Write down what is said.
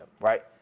right